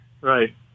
Right